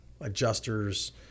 adjusters